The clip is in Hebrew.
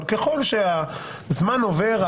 אבל ככל שהזמן עובר,